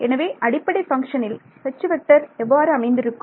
எனவே அடிப்படை பங்ஷனில் எவ்வாறு அமைந்திருக்கும்